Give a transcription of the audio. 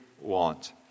want